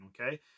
okay